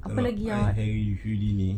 err hi harry houdini